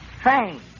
Train